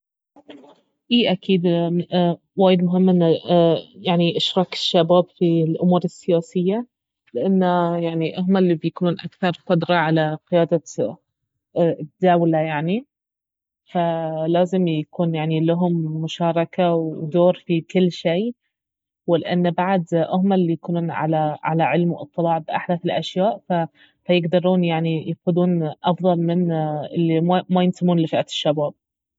أي اكيد وايد مهم انه يعني اشراك الشباب في الأمور السياسية لانه يعني اهما الي بيكونون اكثر قدرة على قيادة الدولة يعني فلازم يكون يعني لهم مشاركة ودور في كل شي ولانه بعد اهما الي يكونون على- على علم واطلاع باحدث الأشياء ف- فيقدرون يعني يقودون افضل من الي ما- ما ينتمون لفئة الشباب